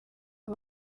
abo